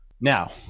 now